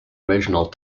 original